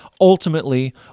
Ultimately